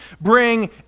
bring